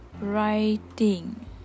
Writing